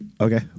Okay